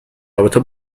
رابطه